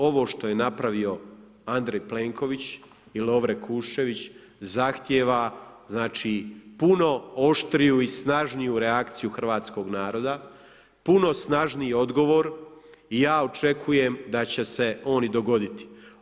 Ovo što je napravio Andrej Plenković i Lovro Kuščević zahtjeva znači puno oštriju i snažniju reakciju hrvatskog naroda, puno snažniji odgovor i ja očekujem da će se on i dogoditi.